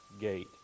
gate